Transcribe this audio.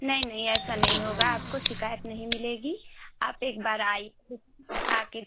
नहीं नहीं ऐसा नहीं होगा आपको शिकायत नहीं मिलेगी आप एक बार आइए आके